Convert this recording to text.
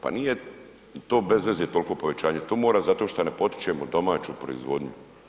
Pa nije to bezveze toliko povećanje tumora zato što ne potičemo domaću proizvodnju.